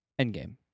Endgame